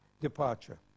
departure